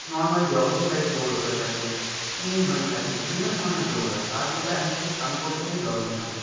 normal jogging type দৌড় হয়ে থাকে স্পিন হয়ে থাকে বিভিন্ন ধরনের দৌড় হয় তার মধ্যে আমি থাকি আমি করে থাকি জগিং রানিংটা